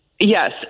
Yes